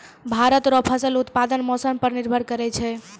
भारत रो फसल उत्पादन मौसम पर निर्भर करै छै